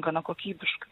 gana kokybiškai